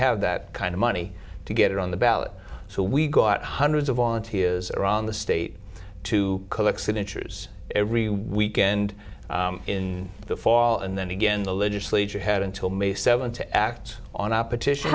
have that kind of money to get it on the ballot so we got hundreds of volunteers around the state to collect signatures every weekend in the fall and then again the legislature had until may seventh to act on our petition